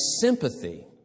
sympathy